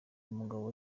umugabo